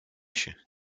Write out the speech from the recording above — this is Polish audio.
się